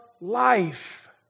life